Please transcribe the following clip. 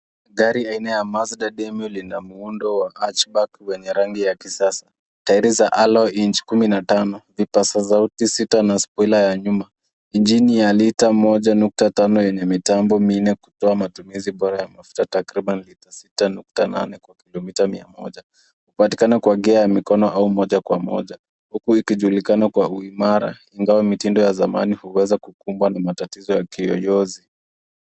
Gari aina ya Mazda Demio lina muundo wa hatchback wenye rangi ya kisasa. Tairi za alloy inchi kumi na tano, vipaza sauti sita na spoiler ya nyuma. Injini ya lita moja nukta tano yenye mitambo minne kutoa matumizi bora ya mafuta takribani lita sita nukta nane kwa kilomita mia moja. Kupatikana kwa gia ya mikono au moja kwa moja huku ikijulikana kwa uimara ingawa mitindo ya zamani huweza kukumbwa na matatizo ya kiyoyozi.